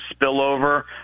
spillover